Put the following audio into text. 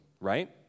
right